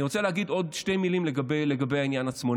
אני רוצה להגיד עוד שתי מילים לגבי העניין עצמו.